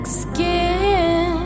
skin